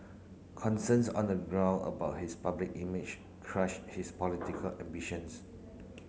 concerns on the ground about his public image crush his political ambitions